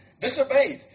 disobeyed